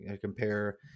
compare